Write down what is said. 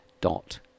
dot